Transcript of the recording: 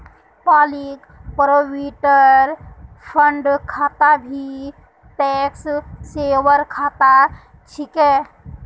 public provident fund खाता भी tax saver खाता छिके